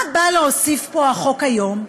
מה בא להוסיף פה החוק היום?